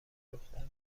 دختر